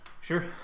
sure